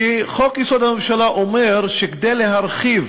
כנראה מפני שחוק-יסוד: הממשלה אומר שכדי להרחיב